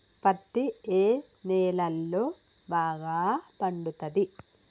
పత్తి ఏ నేలల్లో బాగా పండుతది?